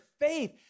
faith